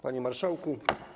Panie Marszałku!